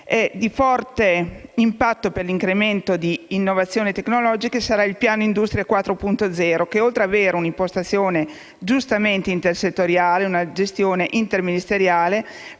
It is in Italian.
Di forte impatto per l'incremento di innovazioni tecnologiche sarà il Piano industria 4.0 che, oltre ad avere una impostazione giustamente intersettoriale e una gestione interministeriale,